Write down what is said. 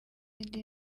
indi